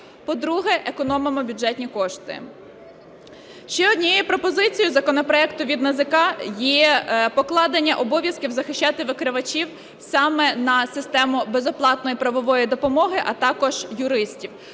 по-друге, економимо бюджетні кошти. Ще однією пропозицією законопроекту від НАЗК є покладення обов'язків захищати викривачів саме на систему безоплатної правової допомоги, а також юристів.